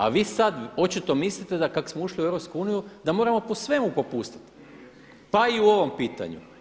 A vi sada očito mislite da kako smo ušli u EU da moramo po svemu popustiti, pa i u ovom pitanju.